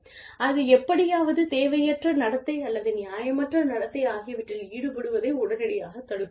அது எப்படியாவது தேவையற்ற நடத்தை அல்லது நியாயமற்ற நடத்தை ஆகியவற்றில் ஈடுபடுவதை உடனடியாகத் தடுக்கும்